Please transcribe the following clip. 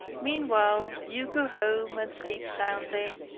meanwhile, you go home and sleep soundly.